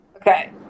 okay